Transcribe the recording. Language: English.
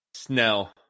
Snell